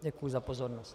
Děkuji za pozornost.